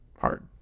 hard